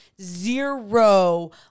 zero